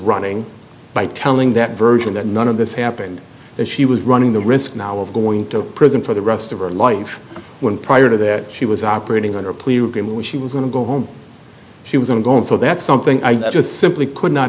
running by telling that version that none of this happened and she was running the risk now of going to prison for the rest of her life when prior to that she was operating under a plea agreement which she was going to go home she was on going so that's something i just simply could not